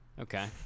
Okay